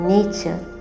Nature